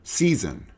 season